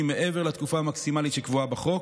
מעבר לתקופה המקסימלית שקבועה בחוק,